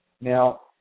Now